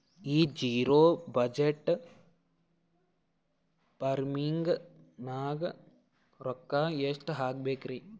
ಈ zero budget farming ನಾಗ್ ರೊಕ್ಕ ಎಷ್ಟು ಹಾಕಬೇಕರಿ?